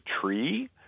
tree